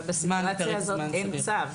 אבל בסיטואציה הזאת אין צו.